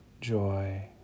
joy